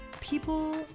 People